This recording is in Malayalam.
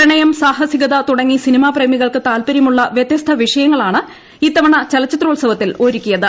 പ്രണയം സാഹസികത തുടങ്ങി സിനിമാ പ്രേമികൾക്ക് ് താൽപര്യമുള്ള വ്യത്യസ്ത വിഷയങ്ങളാണ് ഇത്തവണ്ട്ടിൽച്ചിത്രോൽസവത്തിൽ ഒരുക്കിയത്